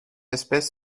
espèce